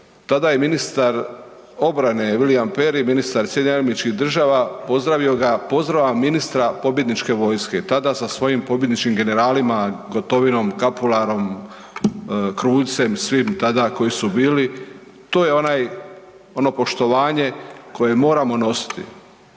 tada je ministar obrane Wiliiam Perry, ministar SAD-a, pozdravio ga „pozdravljam ministra pobjedničke vojske“, tada sa svojim pobjedničkim generalima Gotovinom, Kapularom, Kruljcem, svim tada koji su bili, to je onaj, ono poštovanje koje moramo nositi.